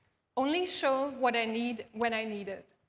only show what i need when i need it,